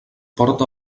porta